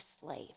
slave